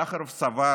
סחרוב סבר